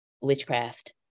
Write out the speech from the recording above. witchcraft